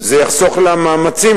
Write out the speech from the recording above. זה יחסוך לה מאמצים,